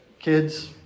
Kids